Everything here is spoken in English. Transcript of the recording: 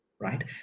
right